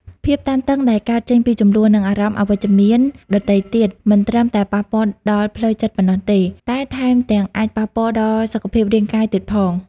ភាពតានតឹងដែលកើតចេញពីជម្លោះ និងអារម្មណ៍អវិជ្ជមានដទៃទៀត មិនត្រឹមតែប៉ះពាល់ដល់ផ្លូវចិត្តប៉ុណ្ណោះទេ តែថែមទាំងអាចប៉ះពាល់ដល់សុខភាពរាងកាយទៀតផង។